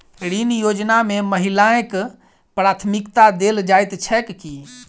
ऋण योजना मे महिलाकेँ प्राथमिकता देल जाइत छैक की?